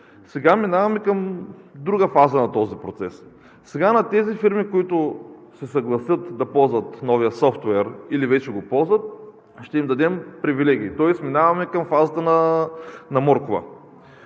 сега минаваме към друга фаза на този процес – сега на тези фирми, които се съгласят да ползват новия софтуер, или вече го ползват, ще им дадем привилегии, тоест минаваме към фазата на моркова.